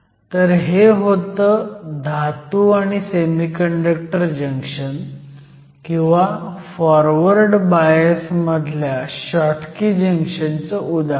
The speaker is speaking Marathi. तर हे होतं धातू सेमीकंडक्टर जंक्शन किंवा फोरवर्ड बायस मधल्या शॉटकी जंक्शनचं उदाहरण